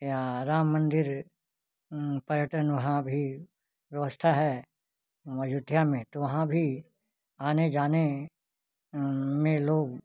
या राम मंदिर पर्यटन वहाँ भी व्यवस्था है अयोध्या में तो वहाँ भी आने जाने में लोग